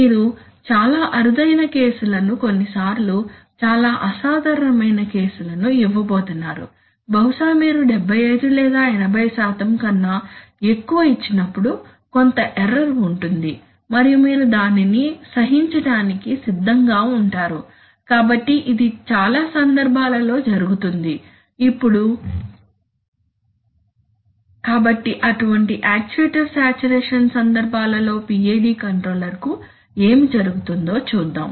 మీరు చాలా అరుదైన కేసులను కొన్నిసార్లు చాలా అసాధారణమైన కేసులను ఇవ్వబోతున్నారు బహుశా మీరు 75 లేదా 80 కన్నా ఎక్కువ ఇచ్చినప్పుడు కొంత ఎర్రర్ ఉంటుంది మరియు మీరు దానిని సహించటానికి సిద్ధంగా ఉంటారు కాబట్టి ఇది చాలా సందర్భాలలో జరుగుతుంది ఇప్పుడు కాబట్టి అటువంటి యాక్చుయేటర్ సాచురేషన్ సందర్భాలలో PID కంట్రోలర్కు ఏమి జరుగుతుందో చూద్దాం